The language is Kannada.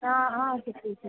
ಹಾಂ ಹಾಂ ಸಿಗ್ತೀವಿ ಸಿಗ್ತೀವಿ